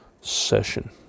session